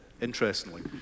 interestingly